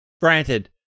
Granted